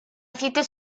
aceite